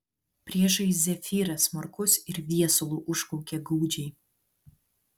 priešais zefyras smarkus ir viesulu užkaukė gūdžiai